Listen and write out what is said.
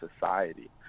society